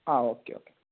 ആ okay okay